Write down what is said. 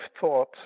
thought